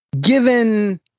Given